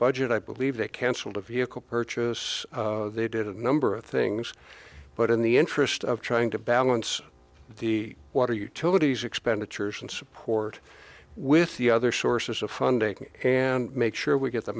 budget i believe they canceled a vehicle purchase they did a number of things but in the interest of trying to balance the water utilities expenditures and support with the other sources of funding and make sure we get the